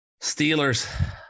Steelers